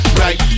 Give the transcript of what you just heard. right